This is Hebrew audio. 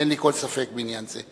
אין לי כל ספק בעניין זה.